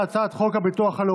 הצעת החוק הזאת,